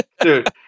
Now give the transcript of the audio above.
dude